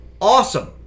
awesome